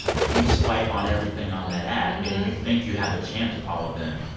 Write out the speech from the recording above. you swipe on everything on that app, and you think you have a chance with all of them.